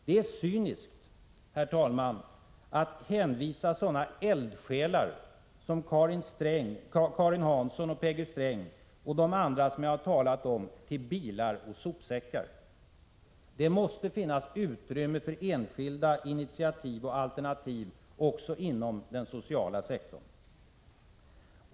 Det är cyniskt, herr talman, att hänvisa sådana eldsjälar som Karin Hansson och Peggy Sträng och de andra jag talat om till bilar och sopsäckar. Det måste finnas utrymme för enskilda initiativ och alternativ också inom den sociala sektorn.